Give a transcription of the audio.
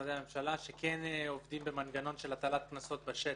במשרדי הממשלה שעובדים במנגנון של הטלת קנסות בשטח.